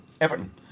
Everton